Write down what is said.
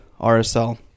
rsl